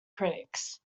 critics